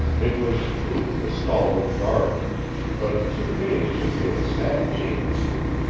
it was truly the stalwart guard but two days had made a sad change in him.